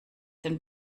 den